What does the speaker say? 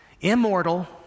Immortal